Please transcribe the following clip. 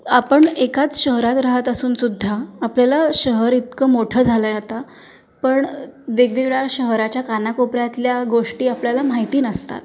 आपण एकाच शहरात राहत असून सुद्धा आपल्याला शहर इतकं मोठं झालं आहे आता पण वेगवेगळ्या शहराच्या कानाकोपऱ्यातल्या गोष्टी आपल्याला माहिती नसतात